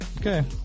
Okay